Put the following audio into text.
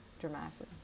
dramatically